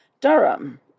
Durham